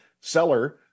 seller